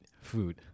food